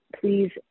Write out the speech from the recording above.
Please